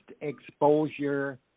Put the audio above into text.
exposure